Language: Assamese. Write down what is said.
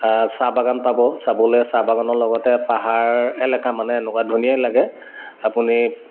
চাহ বাগান পাব চাবলৈ চাহ বাগানৰ লগতে পাহাৰ এলেকা মানে এনেকুৱা ধুনীয়াই লাগে আপুনি